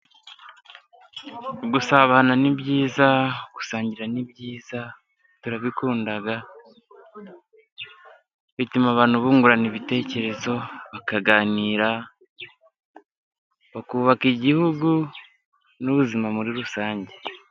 Gusabana ni byiza, gusangira ni byiza turabikunda, bituma abantu bungurana ibitekerezo, bakaganira, bakubaka igihugu n'ubuzima muri rusange.